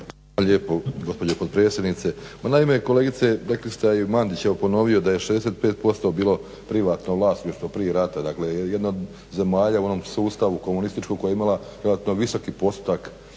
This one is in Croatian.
lijepo gospođo potpredsjednice. Pa naime, kolegice rekli ste, a Mandić je evo ponovio da je 65% bilo privatno vlasništvo prije rata, dakle jedne od zemalja u onom sustavu komunističkom koja je imala relativno visoki postotak